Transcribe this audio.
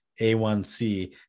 A1C